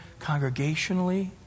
congregationally